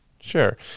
sure